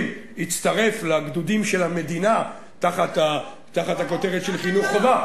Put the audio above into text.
יצטרף לגדודים של המדינה תחת הכותרת של חינוך חובה.